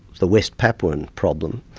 the west papuan problem,